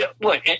look